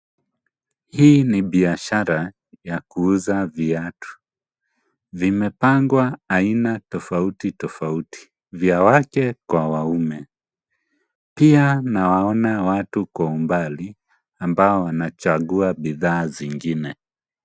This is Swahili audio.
Hii ni biashara ya kuuza viatu vimepangwa aina tofauti tofauti vya wake kwa waume, pia nawaona watu kwa umbali ambao wanachagua bidhaa zingine.